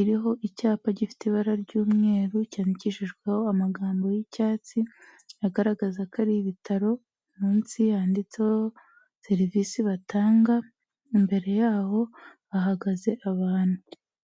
iriho icyapa gifite ibara ry'umweru cyandikishijweho amagambo y'icyatsi agaragaza ko ari ibitaro, munsi yanditseho serivisi batanga, imbere yaho hahagaze abantu.